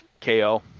KO